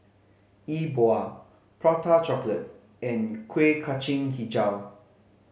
E Bua Prata Chocolate and Kuih Kacang Hijau